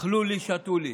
אכלו לי, שתו לי.